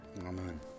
Amen